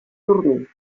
dormir